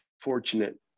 fortunate